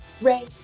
Ray